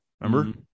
Remember